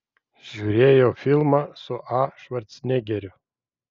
žiūrėjau filmą su a švarcnegeriu